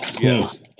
Yes